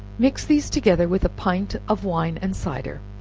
mix these together with a pint of wine and cider,